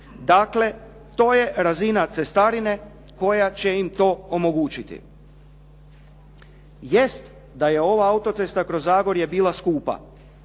Dakle, to je razina cestarine koja će im to omogućiti. Jest da je ova autocesta kroz Zagorje bila skupa